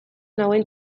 nauen